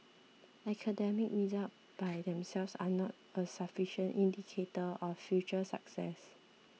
academic results by themselves are not a sufficient indicator of future success